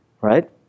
Right